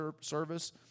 service